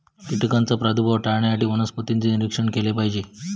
कीटकांचा प्रादुर्भाव टाळण्यासाठी वनस्पतींचे निरीक्षण केले पाहिजे